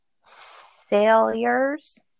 Sailors